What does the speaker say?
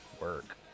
work